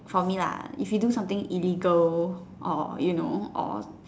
for me lah if you do some thing illegal or you know or